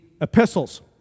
epistles